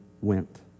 went